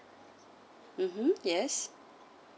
mmhmm yes